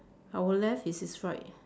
our left is his right